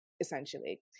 essentially